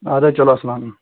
ادٕ حظ چلو السلام علیکُم